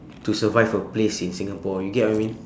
to survive a place in singapore you get what I mean